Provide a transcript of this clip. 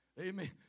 amen